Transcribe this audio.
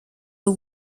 the